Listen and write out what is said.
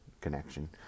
connection